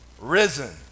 risen